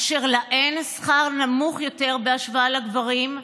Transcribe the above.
אשר להן שכר נמוך יותר בהשוואה לגברים,